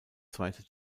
zweite